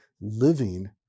living